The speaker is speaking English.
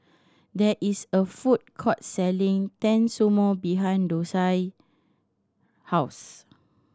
there is a food court selling Tensumu behind Dosia house